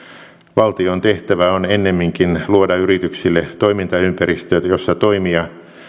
valtion tehtävä on ennemminkin luoda yrityksille toimintaympäristöt joissa toimia